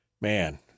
Man